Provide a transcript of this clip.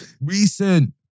Recent